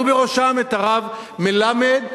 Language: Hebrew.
ובראשם את הרב מלמד,